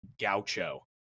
Gaucho